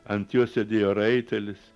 ant jo sėdėjo raitelis